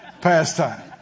pastime